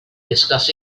discuss